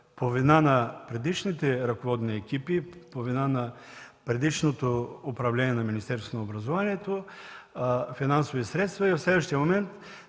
по вина на предишните ръководни екипи, по вина на предишното управление на Министерството на образованието. Сега, подготвяйки се със следващия програмен